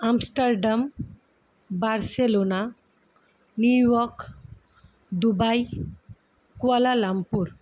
Amsterdam Barcelona New York Dubai Kuala Lumpur